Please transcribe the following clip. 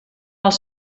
els